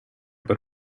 per